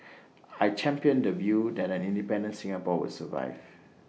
I championed the view that an independent Singapore would survive